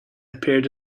appeared